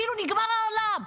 כאילו נגמר העולם.